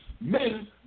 men